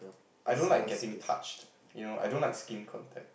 I don't like getting touched you know I don't like skin contact